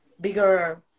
bigger